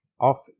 off